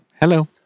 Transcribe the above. Hello